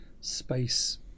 space